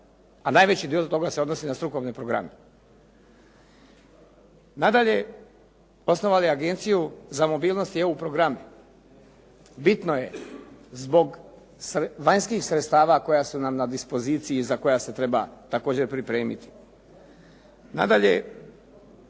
a najveći dio toga se odnosi na strukovne programe. Nadalje, osnovali Agenciju za mobilnost i EU programe. Bitno je zbog vanjskih sredstava koja su nam na dispoziciji za koja se treba također pripremiti. Nadalje,